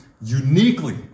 uniquely